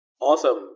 Awesome